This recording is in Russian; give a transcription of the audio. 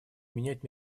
менять